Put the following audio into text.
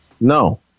No